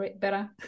better